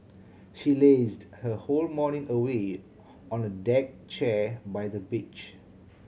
she lazed her whole morning away on a deck chair by the beach